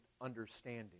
understanding